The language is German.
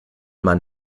man